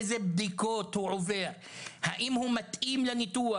איזה בדיקות הוא עובר על מנת להבין האם הוא מתאים לניתוח